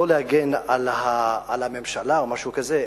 לא להגן על הממשלה, או משהו כזה.